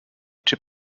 czy